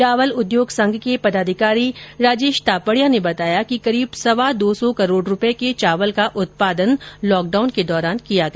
चावल उद्योग संघ के पदाधिकारी राजेश तापड़िया ने बताया कि करीब सवा दो सौ करोड़ स्रपए के चावल का उत्पादन लॉकडाउन के दौरान किया गया